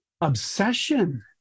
obsession